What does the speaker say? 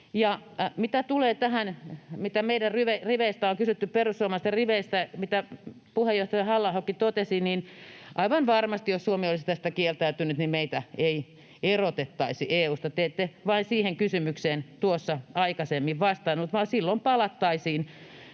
riveistä on kysytty ja mitä puheenjohtaja Halla-ahokin totesi, niin aivan varmasti, jos Suomi olisi tästä kieltäytynyt, meitä ei erotettaisi EU:sta — te ette vain siihen kysymykseen tuossa aikaisemmin vastannut — vaan silloin palattaisiin